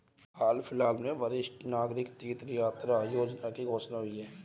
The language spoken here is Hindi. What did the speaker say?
हाल फिलहाल में वरिष्ठ नागरिक तीर्थ यात्रा योजना की घोषणा हुई है